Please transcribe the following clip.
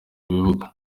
ibibuga